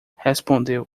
respondeu